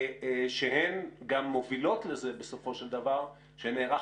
שהן גם מובילות לזה בסופו של דבר שנערך